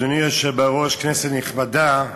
אדוני היושב בראש, כנסת נכבדה,